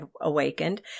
awakened